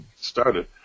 started